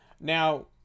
Now